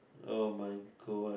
oh my god